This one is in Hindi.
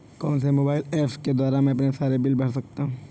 कौनसे मोबाइल ऐप्स के द्वारा मैं अपने सारे बिल भर सकता हूं?